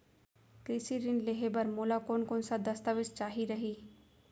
कृषि ऋण लेहे बर मोला कोन कोन स दस्तावेज चाही रही?